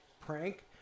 prank